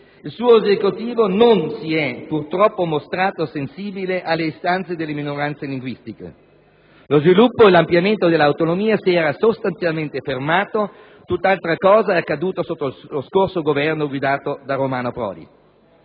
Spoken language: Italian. il suo Esecutivo non si è purtroppo mostrato sensibile alle istanze delle minoranze linguistiche. Lo sviluppo e l'ampliamento dell'autonomia si erano sostanzialmente fermati; tutt'altra cosa è accaduto sotto lo scorso Governo guidato da Romano Prodi.